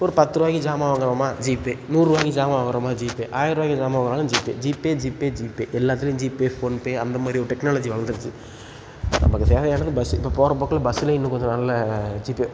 இப்ப ஒரு பத்து ரூவாய்க்கு ஜாமான் வாங்கறோமா ஜிபே நூறுரூவாய்க்கு ஜாமான் வாங்கறோமா ஜிபே ஆயிர ரூபாய்க்கு ஜாமான் வாங்கினாலும் ஜிபே ஜிபே ஜிபே ஜிபே எல்லாத்துலேயும் ஜிபே போன்பே அந்த மாதிரி ஒரு டெக்னாலஜி வளர்ந்துடுச்சு நமக்கு தேவையானது பஸ்ஸு இப்போ போகிறப் போக்கில் பஸ்ஸுலேயும் இன்னும் கொஞ்சம் நாளில் ஜிபே